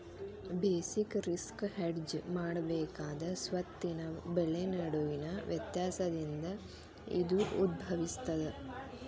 basic risk hedge ಮಾಡಬೇಕಾದ ಸ್ವತ್ತಿನ ಬೆಲೆ ನಡುವಿನ ವ್ಯತ್ಯಾಸದಿಂದ ಇದು ಉದ್ಭವಿಸ್ತದ